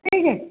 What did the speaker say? teak ಹೇ